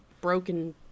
broken